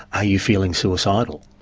are you feeling suicidal?